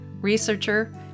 researcher